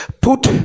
put